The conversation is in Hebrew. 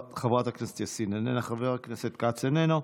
חברת הכנסת יאסין, איננה, חבר הכנסת כץ, איננו,